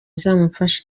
izamufasha